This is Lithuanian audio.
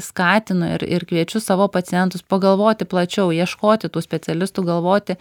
skatinu ir ir kviečiu savo pacientus pagalvoti plačiau ieškoti tų specialistų galvoti